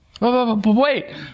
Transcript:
wait